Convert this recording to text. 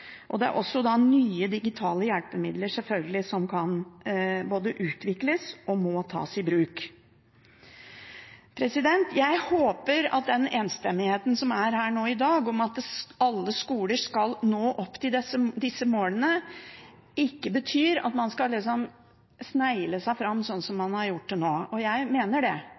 Det er selvfølgelig også nye digitale hjelpemidler, som kan utvikles, og som må tas i bruk. Jeg håper at enstemmigheten i dag om at alle skoler skal nå disse målene, ikke betyr at man liksom skal snegle seg fram, som man har gjort til nå. Jeg mener det,